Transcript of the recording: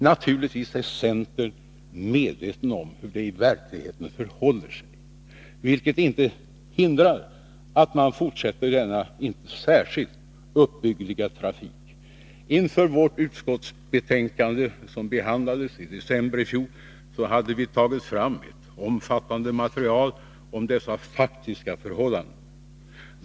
Naturligtvis är centern medvetet om hur det i verkligheten förhåller sig, vilket inte hindrar att man fortsätter denna inte särskilt uppbyggliga trafik. Inför vårt utskottsbetänkande, som behandlades i december i fjol, hade vi tagit fram ett omfattande material om dessa faktiska förhållanden.